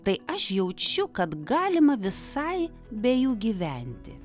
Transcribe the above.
tai aš jaučiu kad galima visai be jų gyventi